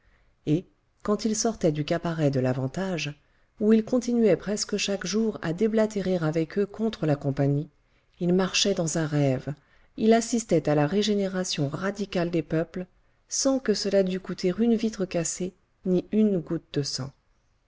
et quand il sortait du cabaret de l'avantage où il continuait presque chaque jour à déblatérer avec eux contre la compagnie il marchait dans un rêve il assistait à la régénération radicale des peuples sans que cela dût coûter une vitre cassée ni une goutte de sang